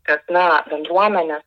kat na bendruomenė